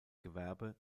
gewerbe